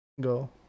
Go